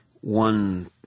one